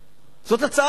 זאת הצעת חוק